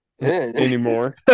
Anymore